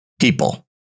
People